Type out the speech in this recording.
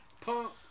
Punk